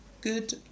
good